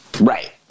Right